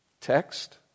Text